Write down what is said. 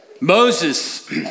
Moses